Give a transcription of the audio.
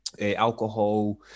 alcohol